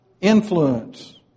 influence